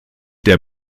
der